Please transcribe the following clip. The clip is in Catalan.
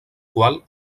qual